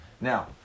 Now